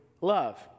love